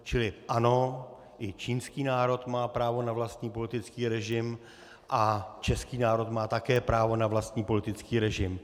Čili ano, i čínský národ má právo na vlastní politický režim a český národ má také právo na vlastní politický režim.